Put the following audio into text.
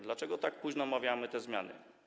Dlaczego tak późno omawiamy te zmiany?